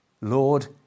Lord